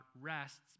rests